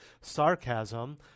sarcasm